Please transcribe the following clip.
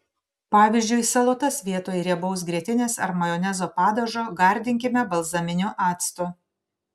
pavyzdžiui salotas vietoj riebaus grietinės ar majonezo padažo gardinkime balzaminiu actu